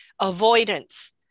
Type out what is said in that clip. avoidance